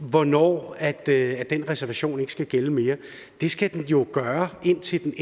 hvornår den reservation ikke skal gælde mere. Det skal den jo gøre, indtil den